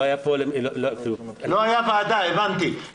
לא היה פה --- לא הייתה ועדה, הבנתי.